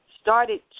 started